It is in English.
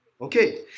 Okay